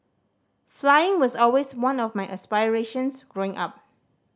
flying was always one of my aspirations growing up